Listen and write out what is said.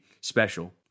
special